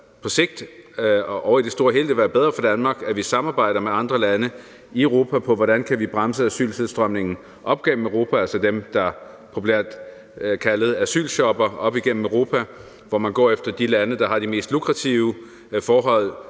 på sigt og i det store hele vil være bedre for Danmark, at vi samarbejder med andre lande i Europa om, hvordan vi kan bremse asyltilstrømningen op gennem Europa – altså dem, der populært kaldes for asylshoppere, som går efter de lande, der har de mest lukrative forhold,